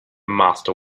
master